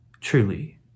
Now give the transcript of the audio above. truly